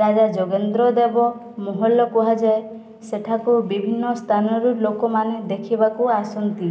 ରାଜା ଜୋଗେନ୍ଦ୍ର ଦେବ ମହଲ କୁହାଯାଏ ସେଠାକୁ ବିଭିନ୍ନ ସ୍ଥାନରୁ ଲୋକମାନେ ଦେଖିବାକୁ ଆସନ୍ତି